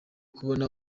kubona